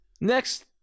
Next